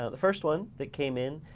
the first one that came in.